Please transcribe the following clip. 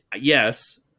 yes